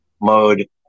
mode